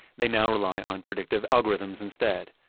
they now rely on predictive algorithms instead.